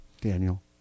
Daniel